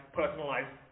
personalized